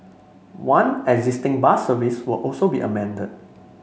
one existing bus service will also be amended